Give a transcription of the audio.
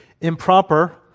Improper